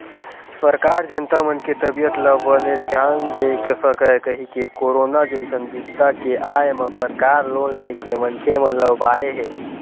सरकार जनता मन के तबीयत ल बने धियान दे सकय कहिके करोनो जइसन बिपदा के आय म सरकार लोन लेके मनखे मन ल उबारे हे